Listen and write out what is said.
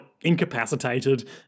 incapacitated